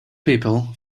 people